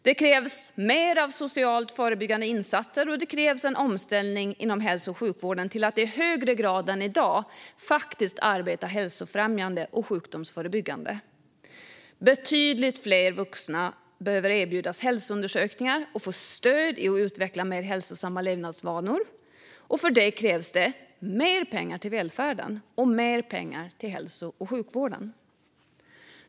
Det krävs mer av socialt förebyggande insatser, och det krävs en omställning inom hälso och sjukvården till att i högre grad än i dag arbeta hälsofrämjande och sjukdomsförebyggande. Betydligt fler vuxna behöver erbjudas hälsoundersökningar och få stöd i att utveckla mer hälsosamma levnadsvanor. För detta krävs det mer pengar till välfärden och mer pengar till hälso och sjukvården.